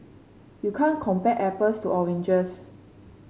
you can't compare apples to oranges